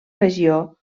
regió